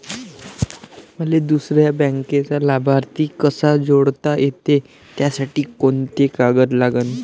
मले दुसऱ्या बँकेचा लाभार्थी कसा जोडता येते, त्यासाठी कोंते कागद लागन?